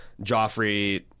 Joffrey